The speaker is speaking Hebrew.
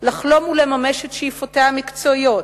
לחלום ולממש את שאיפותיה המקצועיות,